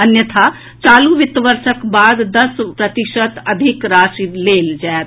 अन्यथा चालू वित्त वर्षक बाद दस प्रतिशत अधिक राशि लेल जायत